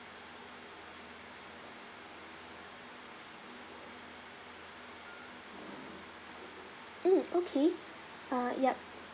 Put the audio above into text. mm okay uh yup